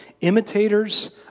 imitators